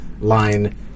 line